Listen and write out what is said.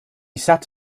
sat